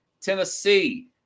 Tennessee